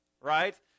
right